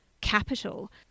capital